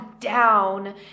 down